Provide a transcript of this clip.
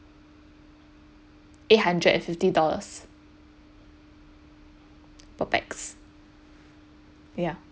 eight hundred and fifty dollars per pax ya